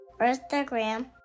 Instagram